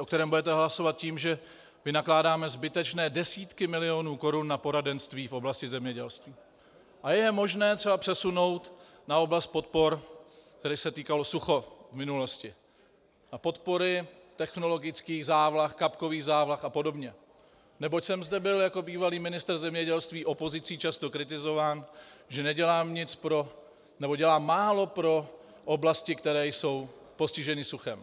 o kterém budete hlasovat, zabýval tím, že vynakládáme zbytečně desítky milionů korun na poradenství v oblasti zemědělství a je možné je třeba přesunout na oblast podpor, které se týkají sucha v minulosti, na podpory technologických závlah, kapokových závlah a podobně, neboť jsem zde byl jako bývalý ministr zemědělství opozicí často kritizován, že nedělám nic, nebo dělám málo pro oblasti, které jsou postiženy suchem.